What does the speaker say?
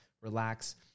relax